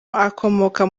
akomoka